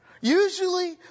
Usually